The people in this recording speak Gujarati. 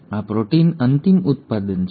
હવે આ પ્રોટીન અંતિમ ઉત્પાદન છે